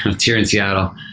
it's here in seattle.